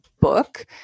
book